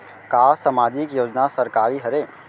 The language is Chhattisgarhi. का सामाजिक योजना सरकारी हरे?